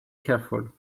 careful